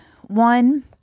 One